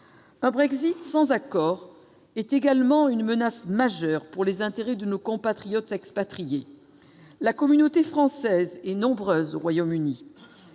Un Brexit sans accord est également une menace majeure pour les intérêts de nos compatriotes expatriés. La communauté française est nombreuse au Royaume-Uni